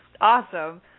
Awesome